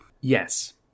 Yes